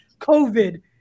COVID